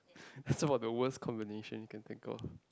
so about the worst combination critical